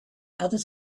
other